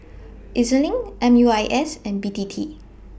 E Z LINK M U I S and B T T